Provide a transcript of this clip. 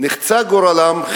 נחצה גורלן.